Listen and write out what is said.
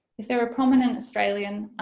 if they're a prominent australian